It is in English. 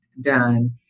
done